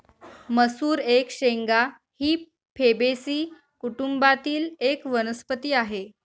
मसूर एक शेंगा ही फेबेसी कुटुंबातील एक वनस्पती आहे